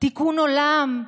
בתיקון עולם.